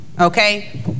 okay